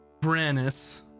Brannis